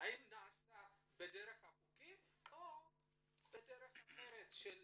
והאם המכירה נעשתה בדרך חוקית או בדרך אחרת של